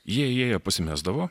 jie įėję pasimesdavo